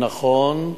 נכון,